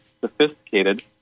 sophisticated